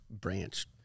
branch